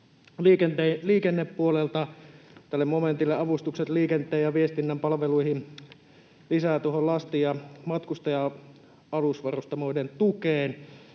Liikennepuolelta: Tälle momentille ”Avustukset liikenteen ja viestinnän palveluihin” tulee lisää lasti- ja matkustaja-alusvarustamoiden tukeen.